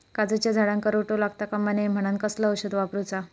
काजूच्या झाडांका रोटो लागता कमा नये म्हनान कसला औषध वापरूचा?